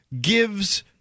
gives